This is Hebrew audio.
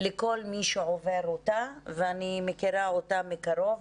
לכל מי שעובר אותה, ואני מכירה אותה מקרוב,